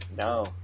no